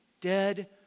Dead